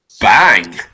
Bang